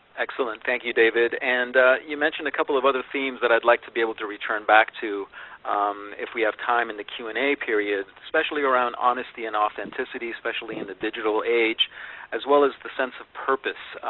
excellent, thank you david. and you mentioned a couple other themes that i would like to be able to return back to if we have time in a q and a a period, especially around honesty and authenticity, especially in the digital age as well as the sense of purpose.